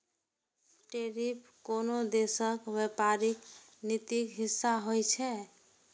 tariff कोनो देशक व्यापारिक नीतिक हिस्सा होइ छै